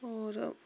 और